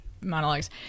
monologues